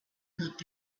looked